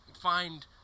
find